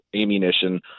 ammunition